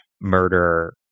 murder